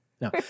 No